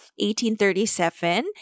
1837